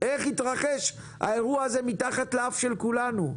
איך התרחש האירוע הזה מתחת לאף של כולנו.